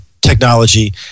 technology